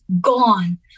gone